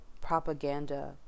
propaganda